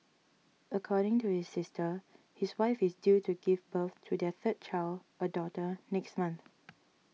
according to his sister his wife is due to give birth to their third child a daughter next month